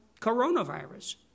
coronavirus